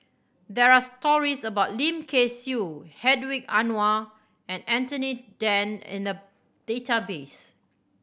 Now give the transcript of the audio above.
there are stories about Lim Kay Siu Hedwig Anuar and Anthony Then in the database